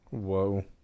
whoa